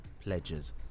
pledges